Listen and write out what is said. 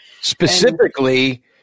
Specifically